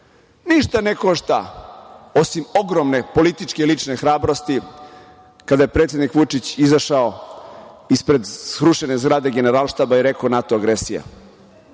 Ništa ne košta, osim ogromne političke i lične hrabrosti, kada je predsednik Vučić izašao ispred srušene zgrade Generalštaba i rekao - NATO agresija.